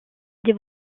des